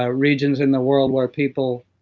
ah regions in the world where people,